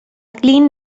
clean